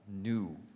new